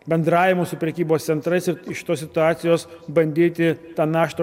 bendravimu su prekybos centrais ir iš šitos situacijos bandyti tą naštą